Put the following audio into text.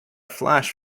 flash